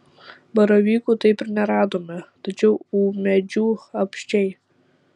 baravykų taip ir neradome tačiau ūmėdžių apsčiai